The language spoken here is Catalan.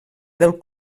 del